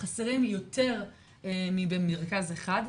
חסרים יותר מבמרכז אחד.